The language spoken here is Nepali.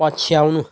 पछ्याउनु